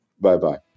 Bye-bye